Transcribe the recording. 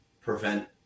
prevent